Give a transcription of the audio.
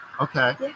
Okay